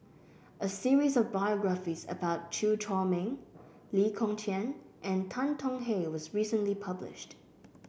a series of biographies about Chew Chor Meng Lee Kong Chian and Tan Tong Hye was recently published